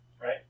Right